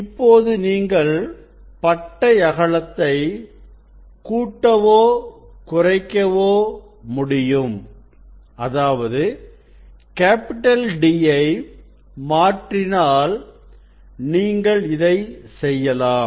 இப்பொழுது நீங்கள் பட்டை அகலத்தை கூட்டவோ குறைக்கவோ முடியும் அதாவது கேப்பிட்டல் D ஐ மாற்றினால் நீங்கள் இதை செய்யலாம்